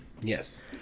Yes